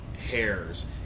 hairs